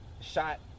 shot